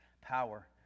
power